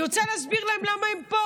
אני רוצה להסביר למה הם פה